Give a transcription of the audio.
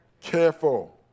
careful